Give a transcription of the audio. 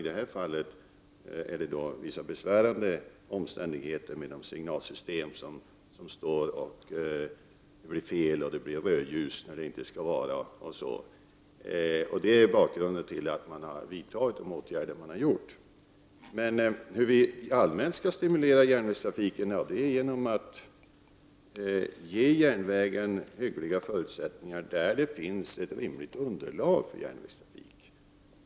I det här fallet finns det vissa besvärande omständigheter beträffande signalsystemen. Det blir ju fel då och då. Det kant.ex. slå om till rött ljus när det inte skall vara det. Det är bakgrunden till att man har vidtagit de aktuella åtgärderna. Hur kan vi då rent allmänt stimulera järnvägstrafiken? Jo, det kan vi göra genom att ge järnvägen hyggliga förutsättningar där det finns ett rimligt underlag för järnvägstrafik.